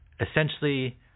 essentially